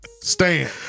stand